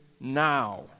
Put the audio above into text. Now